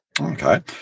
Okay